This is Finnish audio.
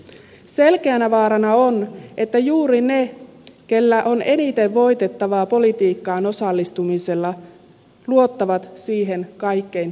selkeänä vaarana on että juuri ne keillä on eniten voitettavaa politiikkaan osallistumisella luottavat siihen kaikkein vähiten